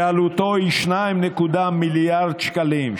שעלותו היא 2.2 מיליארד שקלים.